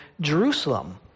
Jerusalem